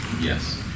yes